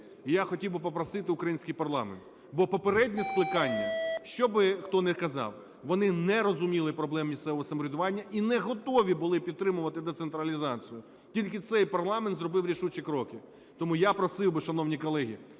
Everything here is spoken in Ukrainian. І я хотів би попросити український парламент, бо попереднє скликання, що б хто не казав, вони не розуміли проблем місцевого самоврядування і не готові були підтримувати децентралізацію, тільки цей парламент зробив рішучі кроки. Тому я просив би, шановні колеги,